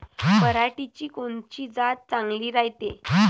पऱ्हाटीची कोनची जात चांगली रायते?